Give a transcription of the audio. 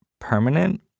permanent